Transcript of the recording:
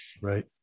Right